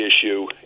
issue